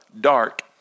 Dark